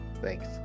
Thanks